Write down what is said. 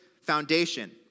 foundation